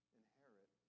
inherit